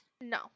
no